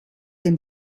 dem